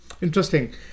Interesting